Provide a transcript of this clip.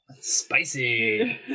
Spicy